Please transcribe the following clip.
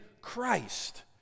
Christ